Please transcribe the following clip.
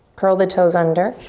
curl the toes under.